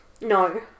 No